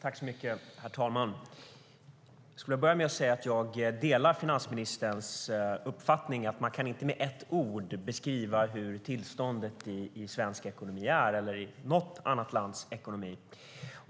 Herr talman! Jag skulle vilja börja med att säga att jag delar finansministerns uppfattning att man inte med ett ord kan beskriva hur tillståndet i svensk ekonomi är, eller i något annat lands ekonomi.